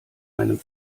einem